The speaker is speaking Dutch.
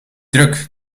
druk